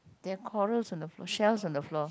they have corals on the shells on the floor